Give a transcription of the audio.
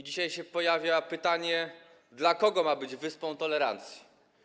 Dzisiaj pojawia się pytanie, dla kogo ma być wyspą tolerancji.